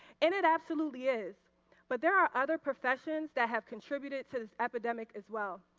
and it absolutely is but there are other professions that have contributed to this epidemic as well,